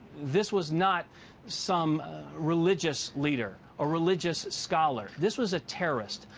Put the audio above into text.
this was not some religious leader. a religious scholar. this was a terrorist.